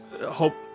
hope